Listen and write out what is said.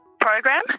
program